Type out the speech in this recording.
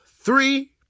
three